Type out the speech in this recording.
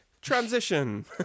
Transition